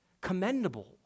commendable